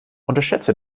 unterschätze